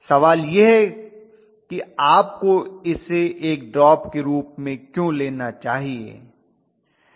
सवाल यह है कि आपको इसे एक ड्रॉप के रूप में क्यों लेना चाहिए